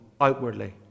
outwardly